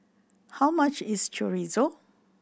how much is Chorizo